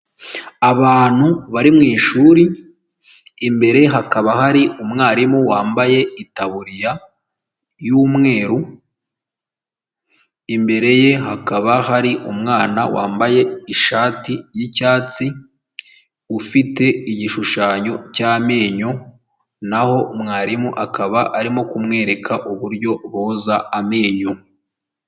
Abantu bari mwishuri imbere hakaba hari umwarimu wambaye itaburiya yumweru imbere ye hakaba hari umwana wambaye ishati y'icyatsi ufite igishushanyo cy'amenyo naho umwarimu akaba arimo kumwereka uburyo boza amenyo.